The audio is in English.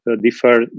differ